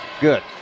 good